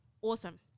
awesome